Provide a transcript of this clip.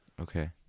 okay